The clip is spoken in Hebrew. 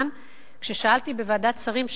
כששאלתי בוועדת שרים,